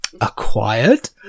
acquired